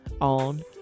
on